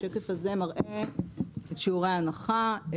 השקף הזה מראה את שיעורי ההנחה.